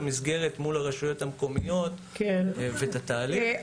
המסגרת מול הרשויות המקומיות ואת התהליך.